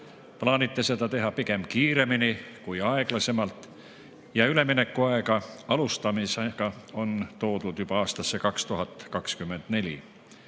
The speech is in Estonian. Plaanite seda teha pigem kiiremini kui aeglasemalt ja üleminekuaja alustamine on toodud juba aastasse 2024.Selle